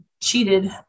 cheated